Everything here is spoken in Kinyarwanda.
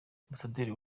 ambasaderi